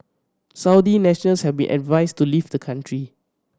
Saudi nationals have been advised to leave the country